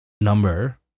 number